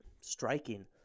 striking